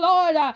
Lord